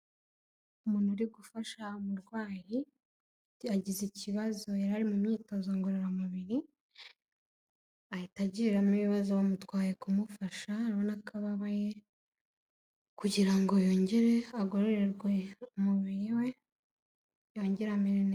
Umuntu uri gufasha umurwayi, yagize ikibazo yari mu myitozo ngororamubiri, ahita agiriramo ibibazo bamutwaye kumufasha, urabona ko ababaye, kugira ngo yongere agororerwe umubiri we, yongere amere neza.